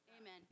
Amen